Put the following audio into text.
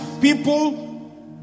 people